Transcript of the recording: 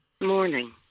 Morning